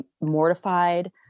mortified